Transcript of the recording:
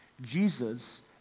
Jesus